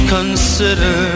Consider